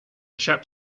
chap